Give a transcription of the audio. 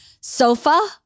sofa